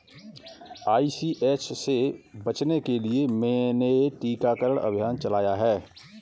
ICH से बचने के लिए मैंने टीकाकरण अभियान चलाया है